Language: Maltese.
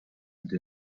din